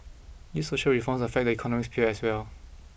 these social reforms affect the economic sphere as well